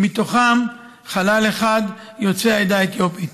ומתוכם חלל אחד הוא יוצא העדה האתיופית.